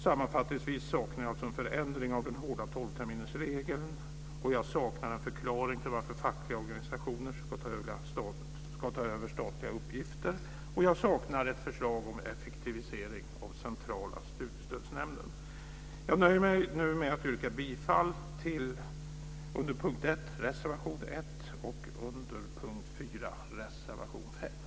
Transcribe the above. Sammanfattningsvis saknar jag alltså en förändring av den hårda tolvterminersregeln. Jag saknar en förklaring till varför fackliga organisationer ska ta över statliga uppgifter. Jag saknar ett förslag om effektivisering av Centrala studiestödsnämnden. Jag nöjer mig nu med att yrka bifall till reservation 1 under punkt 1 och reservation 5 under punkt 4.